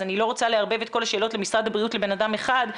אז אני לא רוצה לערבב את כל השאלות למשרד הבריאות לאדם אחד,